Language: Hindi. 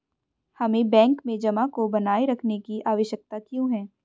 हमें बैंक में जमा को बनाए रखने की आवश्यकता क्यों है?